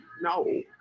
No